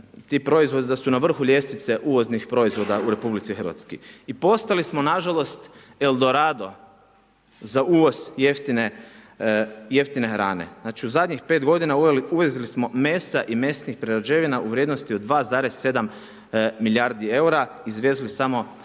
ti proizvodi, da su na vrhu ljestvice uvoznih proizvoda u RH. I postali smo nažalost eldorado za uvoz jeftine hrane. Znači, u zadnjih 5 godina uvezli smo mesa i mesnih prerađevina u vrijednosti od 2,7 milijardi eura, izvezli samo